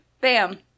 Bam